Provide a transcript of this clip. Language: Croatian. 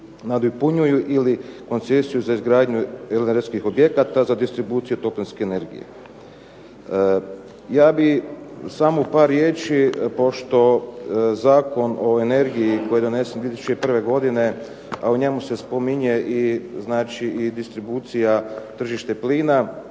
nadopunjuju ili koncesiju za izgradnju energetskih objekata za distribuciju toplinske energije. Ja bih samo par riječi pošto Zakon o energiji koji je donesen 2001. godine, a u njemu se spominje znači i distribucija tržište plina.